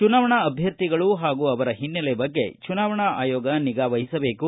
ಚುನಾವಣಾ ಅಭ್ಯರ್ಥಿಗಳು ಹಾಗೂ ಅವರ ಹಿನ್ನೆಲೆ ಬಗ್ಗೆ ಚುನಾವಣಾ ಆಯೋಗ ನಿಗಾವಹಿಸಬೇಕು